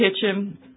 kitchen